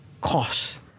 cost